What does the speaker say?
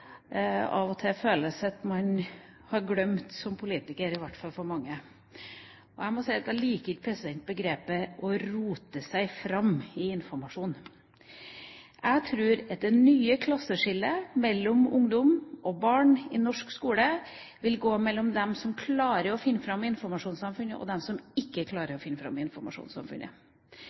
av og til føles at man har glemt som politiker, i hvert fall for mange. Jeg må si at jeg liker ikke begrepet å «rote seg frem» i informasjon. Jeg tror det nye klasseskillet når det gjelder barn og ungdom i norsk skole, vil gå mellom dem som klarer å finne fram i informasjonssamfunnet, og dem som ikke klarer å finne fram i informasjonssamfunnet.